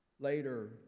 Later